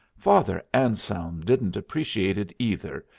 father anselm didn't appreciate it, either,